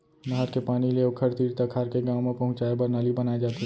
नहर के पानी ले ओखर तीर तखार के गाँव म पहुंचाए बर नाली बनाए जाथे